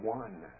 one